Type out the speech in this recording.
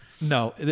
no